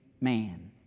man